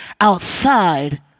outside